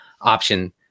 option